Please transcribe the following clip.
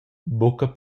buca